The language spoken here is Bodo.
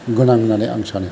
गोनां होन्नानै आं सानो